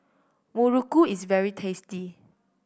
muruku is very tasty